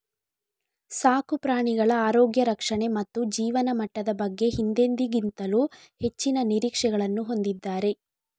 ಸಾಕು ಪ್ರಾಣಿಗಳ ಆರೋಗ್ಯ ರಕ್ಷಣೆ ಮತ್ತು ಜೀವನಮಟ್ಟದ ಬಗ್ಗೆ ಹಿಂದೆಂದಿಗಿಂತಲೂ ಹೆಚ್ಚಿನ ನಿರೀಕ್ಷೆಗಳನ್ನು ಹೊಂದಿದ್ದಾರೆ